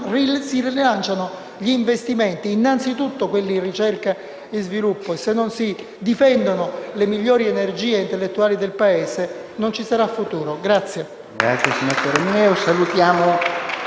si rilanciano gli investimenti e, innanzitutto, quelli in ricerca e sviluppo. Se non si difendono le migliori energie intellettuali del Paese non ci sarà futuro.